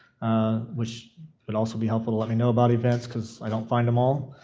ah which would also be helpful to let me know about events because i don't find them all.